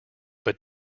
but